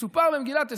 שסופר במגילת אסתר,